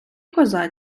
коза